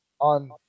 on